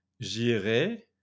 J'irai